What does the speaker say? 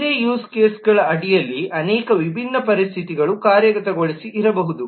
ಒಂದೇ ಯೂಸ್ ಕೇಸ್ಗಳ ಅಡಿಯಲ್ಲಿ ಅನೇಕ ವಿಭಿನ್ನ ಪರಿಸ್ಥಿತಿಗಳು ಕಾರ್ಯಗತಗೊಳಿಸಿ ಇರಬಹುದು